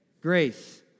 Grace